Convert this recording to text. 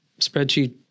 spreadsheet